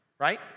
Right